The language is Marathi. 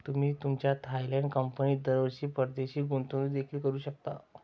तुम्ही तुमच्या थायलंड कंपनीत दरवर्षी परदेशी गुंतवणूक देखील करू शकता